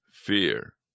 fear